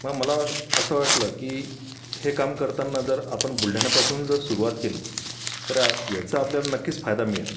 मग मला असं वाटलं की हे काम करताना जर आपण बुलढाण्यापासून जर सुरुवात केली तर याचा आपल्याला नक्कीच फायदा मिळेल